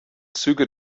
züge